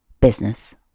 business